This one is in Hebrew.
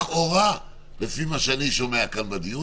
לכאורה, לפי מה שאני שומע פה בדיון